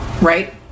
Right